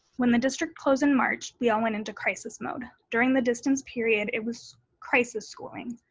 when the district closed in march, we all went into crisis mode. during the distance period, it was crisis schooling.